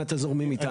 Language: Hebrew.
אם אתם זורמים איתנו.